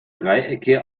dreiecke